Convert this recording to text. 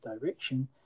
direction